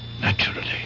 Naturally